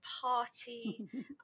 party